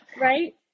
Right